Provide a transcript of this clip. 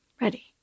ready